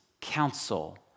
counsel